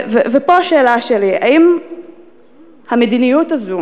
ופה השאלה שלי: האם המדיניות הזו